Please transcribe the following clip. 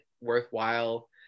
worthwhile